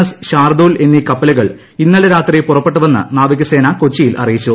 S Shardul എന്നീ കപ്പലുകൾ ഇന്നലെ രാത്രി പുറപ്പെട്ടുവെന്ന് നാവികസേന കൊച്ചിയിൽ അറിയിച്ചു